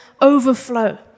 overflow